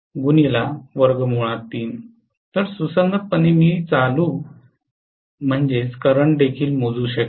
तर सुसंगतपणे मी चालू करंट देखील मोजू शकेन